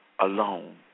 alone